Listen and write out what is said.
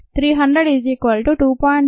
3002